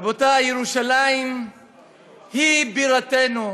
רבותי, ירושלים היא בירתנו,